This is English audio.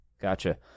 Gotcha